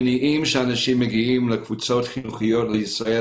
המניעים שאנשים מגיעים לקבוצות חינוכיות לישראל,